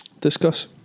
Discuss